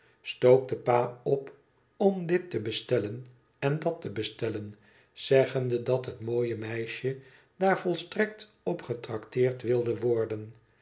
stookte pa op om dit te bestellen en dat te bestellen zeggende dat het mooie meisje daar volstrekt op getrakteerd wilde worden